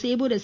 Sevur S